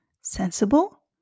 Sensible